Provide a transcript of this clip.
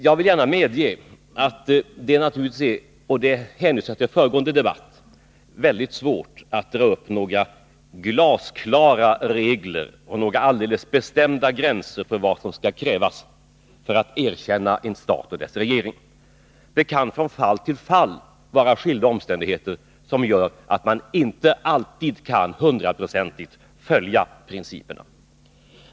Jag vill gärna medge att det naturligtvis är — och jag hänvisar till en föregående debatt — väldigt svårt att dra upp några glasklara regler och några helt bestämda gränser för vad som skall krävas för att vi skall erkänna en stat och dess regering. Det kan från fall till fall vara skilda omständigheter som gör att man inte alltid kan följa principerna hundraprocentigt.